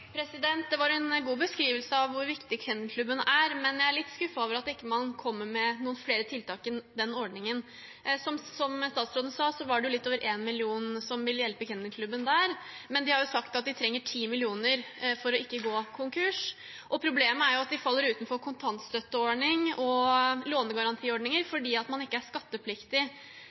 Det var en god beskrivelse av hvor viktig Norsk Kennel Klub er, men jeg er litt skuffet over at man ikke kommer med noen flere tiltak enn den ordningen. Som statsråden sa, er det litt over 1 mill. kr, som vil hjelpe Norsk Kennel Klub der, men de har sagt at de trenger 10 mill. kr for ikke å gå konkurs. Problemet er at de faller utenfor kontantstøtteordningen og lånegarantiordningene fordi de ikke er